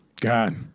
God